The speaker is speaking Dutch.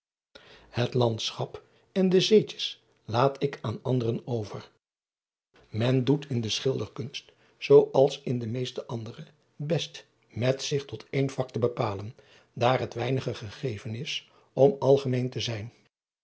et landschap en de zeetjes laat ik aan anderen over en doet in de schilderkunst zoo als in de meeste andere best met zich tot één vak te bepalen daar het weinigen gegeven is om algemeen te zijn